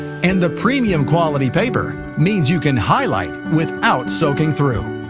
and the premium quality paper means you can highlight without soaking through.